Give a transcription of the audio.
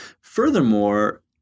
Furthermore